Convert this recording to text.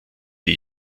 die